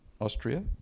Austria